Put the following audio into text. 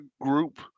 group